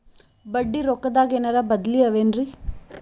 ಬಡ್ಡಿ ರೊಕ್ಕದಾಗೇನರ ಬದ್ಲೀ ಅವೇನ್ರಿ?